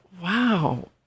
wow